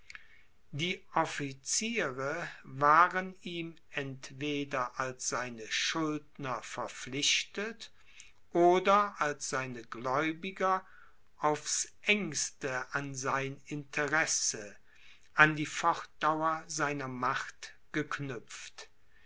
die officiere waren ihm entweder als seine schuldner verpflichtet oder als seine gläubiger aufs engste an sein interesse an die fortdauer seiner macht geknüpft